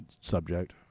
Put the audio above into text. subject